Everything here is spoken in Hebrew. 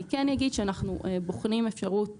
אני כן אומר שאנחנו בוחנים אפשרות